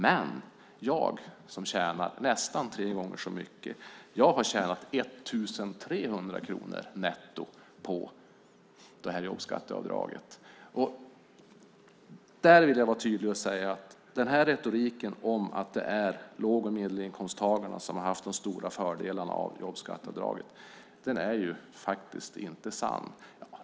Men jag, som tjänar nästan tre gånger så mycket, har tjänat 1 300 kronor netto på jobbskatteavdraget. Där vill jag vara tydlig och säga att retoriken om att det är låg och medelinkomsttagarna som har haft de stora fördelarna av jobbskatteavdraget faktiskt inte är sann.